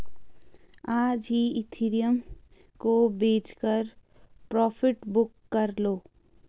आज ही इथिरियम को बेचकर प्रॉफिट बुक कर लो